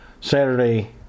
Saturday